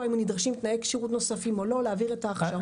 אם נדרשים תנאי כשירות נוספים או לא ולהעביר את ההכשרות.